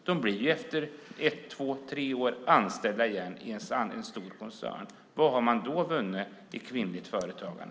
De blir efter ett, två, tre år anställda igen i en stor koncern. Vad har man då vunnit i kvinnligt företagande?